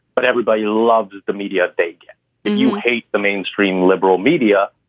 but everybody loves the media. they get you hate the mainstream liberal media.